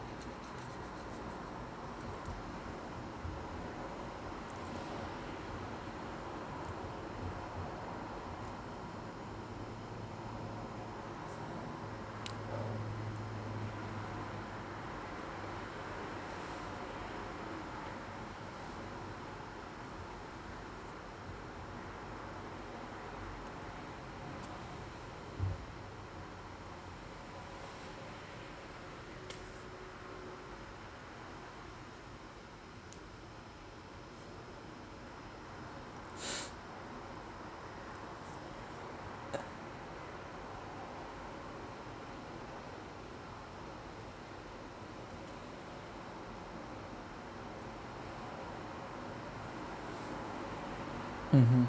mmhmm